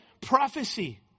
prophecy